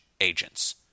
agents